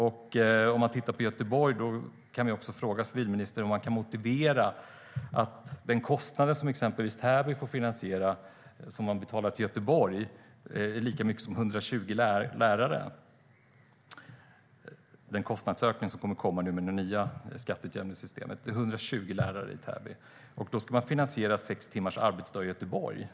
Kan civilministern, när det gäller Göteborg, motivera att den kostnad som exempelvis Täby får betala till Göteborg är lika stor som kostnaden för 120 lärare i Täby? Det gäller den kostnadsökning som kommer att komma med det nya skatteutjämningssystemet. Och då ska man finansiera sex timmars arbetsdag i Göteborg.